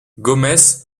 gomes